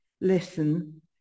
listen